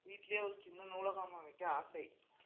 வீட்லேயே ஒரு சின்ன நூலகமாக வைக்க ஆசை